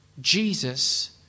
Jesus